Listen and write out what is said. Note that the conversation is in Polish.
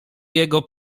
jego